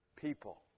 people